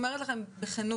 רק התוספת שאני מבקש?